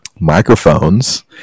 Microphones